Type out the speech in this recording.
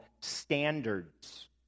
standards